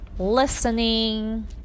listening